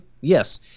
Yes